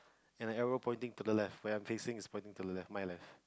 and an arrow pointing to the left where I'm facing is pointing to the left my left